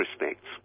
respects